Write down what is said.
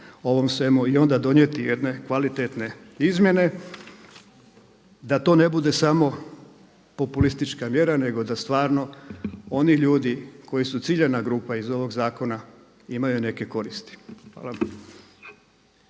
ovom svemu i onda donijeti jedne kvalitetne izmjene da to ne bude samo populistička mjera nego da stvarno oni ljudi koji su ciljana grupa iz ovog zakona imaju neke koristi. Hvala.